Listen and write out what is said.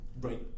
Right